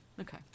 okay